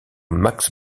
max